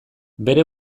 bere